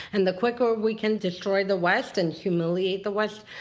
and the quicker we can destroy the west and humiliate the west,